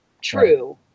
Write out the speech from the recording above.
true